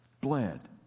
bled